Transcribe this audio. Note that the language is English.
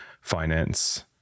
finance